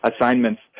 assignments